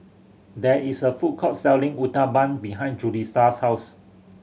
there is a food court selling Uthapam behind Julisa's house